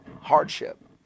hardship